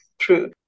true